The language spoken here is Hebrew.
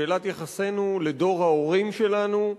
שאלת יחסנו לדור ההורים שלנו: